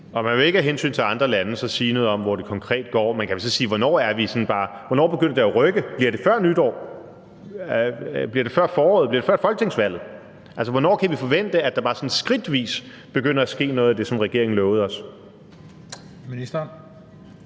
Og man vil så ikke af hensyn til andre lande sige noget konkret om det. Man kan så sige: Hvornår begynder det at rykke? Bliver det før nytår; bliver det før foråret; bliver det før folketingsvalget? Altså, hvornår kan vi forvente at der bare sådan skridtvis begynder at ske noget af det, som regeringen lovede os? Kl.